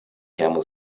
camel